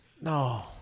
No